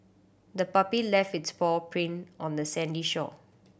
the puppy left its paw print on the sandy shore